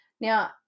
Now